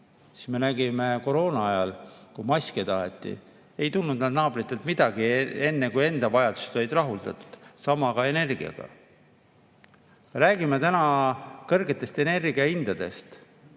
siis nagu me koroona ajal nägime, kui maske taheti, ei tulnud neid naabritelt midagi enne, kui enda vajadused olid rahuldatud. Sama on ka energiaga. Räägime täna kõrgetest energiahindadest